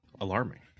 alarming